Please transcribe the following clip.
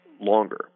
longer